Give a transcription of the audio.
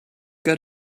got